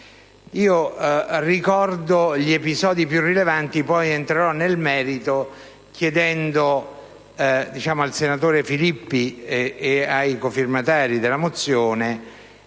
Io ricordo gli episodi più rilevanti, e poi entrerò nel merito, chiedendo al senatore Marco Filippi e ai cofirmatari della mozione